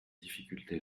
difficulté